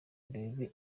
urebe